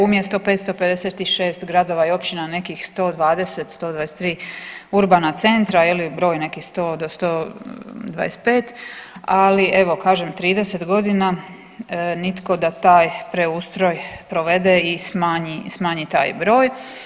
Umjesto 556 gradova i općina nekih 120, 123 urbana centra je li, broj nekih 100 do 125, ali evo kažem 30 godina nitko da taj preustroj provede i smanji, i smanji taj broj.